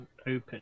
open